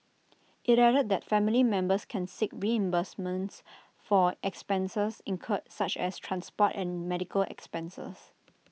IT added that family members can seek reimbursements for expenses incurred such as transport and medical expenses